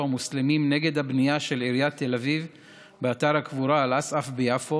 המוסלמים נגד הבנייה של עיריית תל אביב באתר הקבורה אל-אסעאף ביפו: